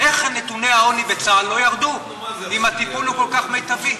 איך נתוני העוני בצה"ל לא ירדו אם הטיפול הוא כל כך מיטבי?